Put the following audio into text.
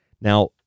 Now